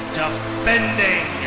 defending